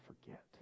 forget